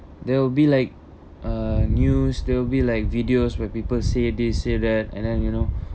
there will be like uh news they'll be like videos where people say this say that and then you know